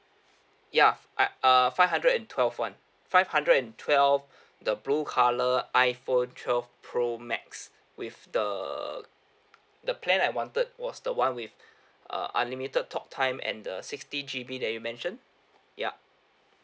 ya I uh five hundred and twelve one five hundred and twelve the blue colour iPhone twelve pro max with the the plan I wanted was the one with uh unlimited talk time and the sixty G_B that you mentioned ya